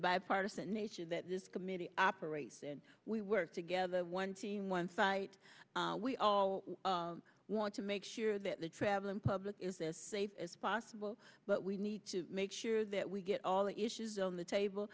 bipartisan nature that this committee operates and we work together one team one fight we all want to make sure that the traveling public is this safe as possible but we need to make sure that we get all the issues on the